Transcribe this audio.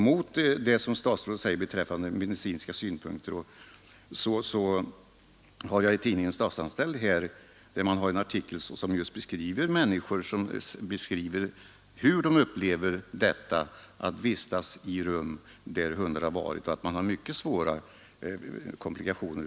Mot det som statsrådet säger beträffande medicinska synpunkter vill jag ställa en artikel i tidningen Statsanställd som just beskriver hur människor upplever detta att vistas i rum där hundar har varit. Det framgår att det blir mycket svåra komplikationer.